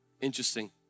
Interesting